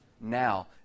now